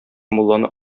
мулланы